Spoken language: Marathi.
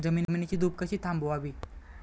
जमिनीची धूप कशी थांबवावी?